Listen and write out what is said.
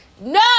No